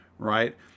Right